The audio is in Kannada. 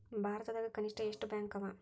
ಭಾರತದಾಗ ಕನಿಷ್ಠ ಎಷ್ಟ್ ಬ್ಯಾಂಕ್ ಅವ?